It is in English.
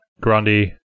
Grundy